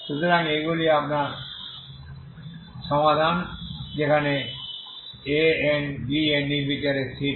সুতরাং এইগুলি আপনার সমাধান যেখানে An Bn নির্বিচারে স্থির